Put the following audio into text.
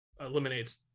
eliminates